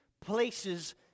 places